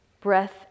breath